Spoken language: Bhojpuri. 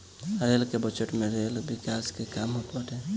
रेल के बजट में रेल विकास के काम होत बाटे